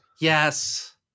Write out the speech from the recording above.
Yes